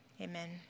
Amen